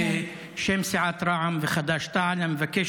בשם סיעת רע"מ וחד"ש-תע"ל אני מבקש